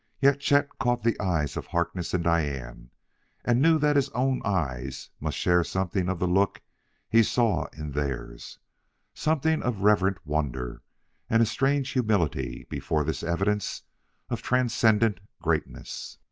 yet chet caught the eyes of harkness and diane and knew that his own eyes must share something of the look he saw in theirs something of reverent wonder and a strange humility before this evidence of transcendent greatness.